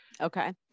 Okay